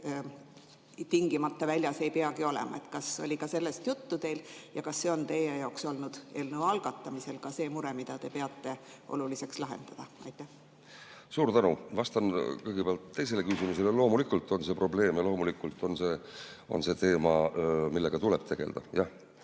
tingimata [kirjas] ei peagi olema? Kas teil oli ka sellest juttu ja kas see oli teie jaoks eelnõu algatamisel mure, mida te peate oluliseks lahendada? Suur tänu! Vastan kõigepealt teisele küsimusele. Loomulikult on see probleem ja loomulikult on see teema, millega tuleb tegelda,